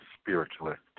spiritualist